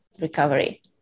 recovery